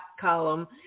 column